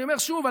אני אומר שוב,